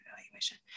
evaluation